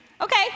Okay